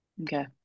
Okay